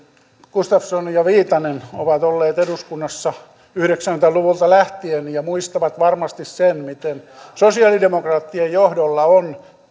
gustafsson ja viitanen ovat olleet eduskunnassa yhdeksänkymmentä luvulta lähtien ja muistavat varmasti sen miten sosiaalidemokraattien johdolla on